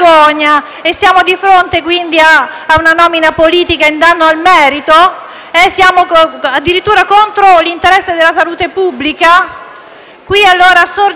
Siamo di fronte quindi ad una nomina politica in danno al merito? Siamo addirittura contro l'interesse della salute pubblica?